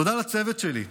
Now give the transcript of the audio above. תודה לצוות שלי אריה,